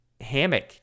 hammock